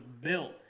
built